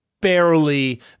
barely